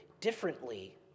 differently